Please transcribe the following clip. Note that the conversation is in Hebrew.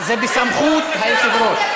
זה בסמכות היושב-ראש.